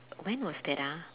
when was that ah